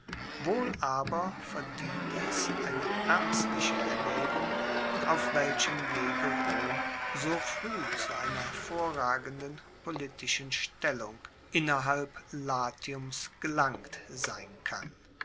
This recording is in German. wohl aber verdient es eine ernstliche erwaegung auf welchem wege rom so frueh zu einer hervorragenden politischen stellung innerhalb latiums gelangt sein kann